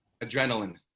Adrenaline